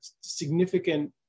significant